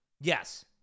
Yes